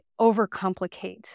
overcomplicate